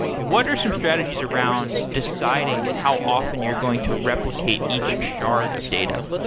what are some strategies around deciding how often you're going to replicate each shard of data?